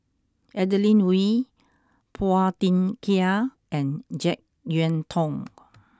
Adeline Ooi Phua Thin Kiay and Jek Yeun Thong